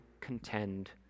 contend